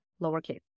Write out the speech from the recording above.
lowercase